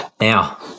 Now